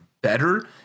better